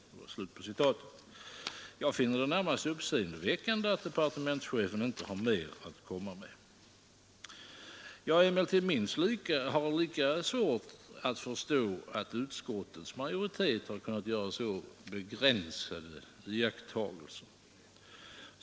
Jag finner det närmast uppseendeväckande att departementschefen inte har mer att komma med. Jag har emellertid minst lika svårt att förstå att utskottets majoritet har kunnat göra så begränsade iakttagelser.